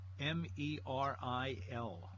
M-E-R-I-L